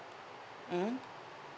mmhmm